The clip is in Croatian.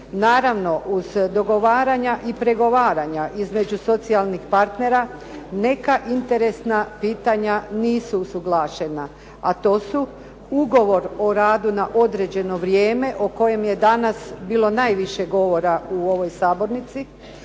Naravno uz dogovaranja i pregovaranja između socijalnih partnera neka interesna pitanja nisu usuglašena a to su ugovor o radu na određeno vrijeme o kojem je danas bilo najviše govora u ovoj sabornici,